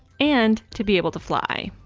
and to be able to fly